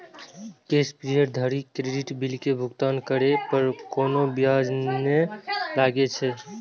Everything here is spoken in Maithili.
ग्रेस पीरियड धरि क्रेडिट बिल के भुगतान करै पर कोनो ब्याज नै लागै छै